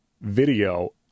video